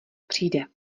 přijde